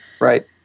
right